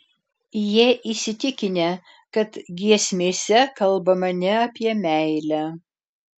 jie įsitikinę kad giesmėse kalbama ne apie meilę